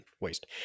waste